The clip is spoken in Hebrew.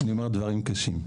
אני אומר דברים קשים,